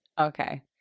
okay